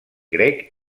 grec